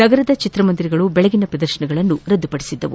ನಗರದ ಚಿತ್ರಮಂದಿರಗಳು ದೆಳಗಿನ ಪ್ರದರ್ಶನಗಳನ್ನು ರದ್ದುಪಡಿಸಿದ್ದವು